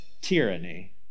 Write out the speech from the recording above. tyranny